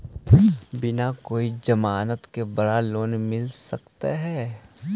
बिना कोई जमानत के बड़ा लोन मिल सकता है?